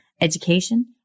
education